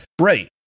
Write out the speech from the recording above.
Right